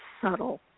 subtle